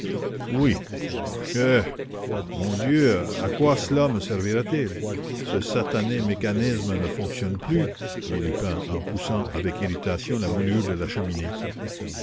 eh mon dieu à quoi cela me servira-t-il ce satané mécanisme ne fonctionne plus dit lupin en poussant avec colère la moulure de la cheminée